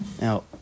Now